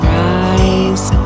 rise